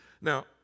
Now